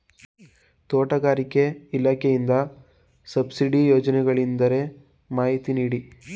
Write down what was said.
ತೋಟಗಾರಿಕೆ ಇಲಾಖೆಯಿಂದ ಸಬ್ಸಿಡಿ ಯೋಜನೆಗಳಿದ್ದರೆ ಮಾಹಿತಿ ನೀಡಿ?